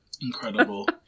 Incredible